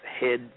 head